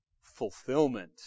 fulfillment